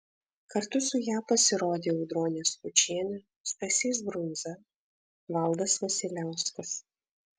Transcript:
kartu su ja pasirodė audronė skučienė stasys brundza valdas vasiliauskas